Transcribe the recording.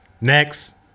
Next